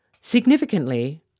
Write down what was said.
Significantly